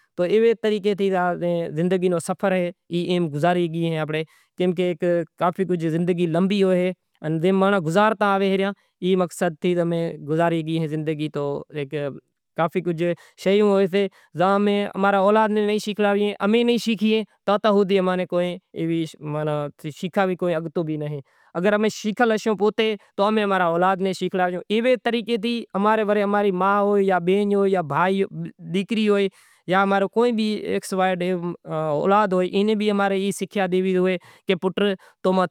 کافی کجھ شیوں جاں میں اماں رو اولاد نہیں شیگاریو تو او نیں شیکھے شگے۔ کافی کجھ زندگی لمبی ہوئے جے مانڑاں گزارتا آویں ریا ایں مقصد تھی امیں گزارے گئی اے زندگی ہیک کافی کجھ شیوں ہوسیں جا ماں امارے اولاد نہیں شیکھیں امیں نہیں شیکھیں تاں تاں ہوندی اماں نا کوئی شیکھارے شگتو بھی نہیں اگر شیکھل ہوشیں تو مایں امارا اولاد ناں شیکھلاسوں ایوے طریقے تھی امارو کوئی بھی ایکش وائی زیڈ اولاد ہوئی تو پٹ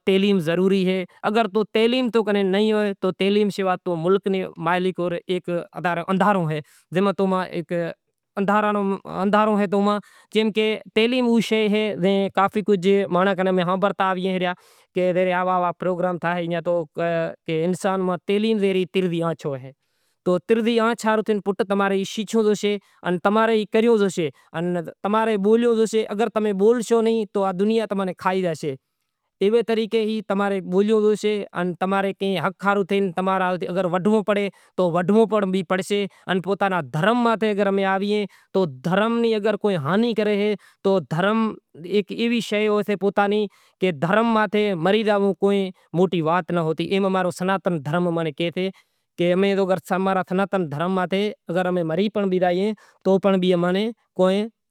تعلیم ضروری اے اگر تعلیم توں کن نہیں ہوئے تو توں اندہارو اے۔ کوئی موٹی وات ناں ہوتی امارو سناتن دھرم کہیسے